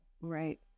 Right